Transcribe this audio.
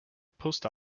post